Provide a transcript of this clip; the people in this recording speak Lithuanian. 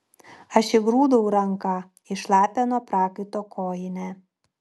aš įgrūdau ranką į šlapią nuo prakaito kojinę